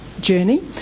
journey